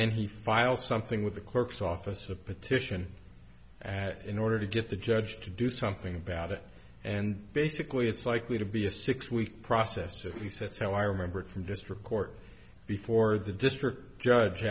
then he file something with the clerk's office a petition in order to get the judge to do something about it and basically it's likely to be a six week process at least that's how i remember it from district court before the district judge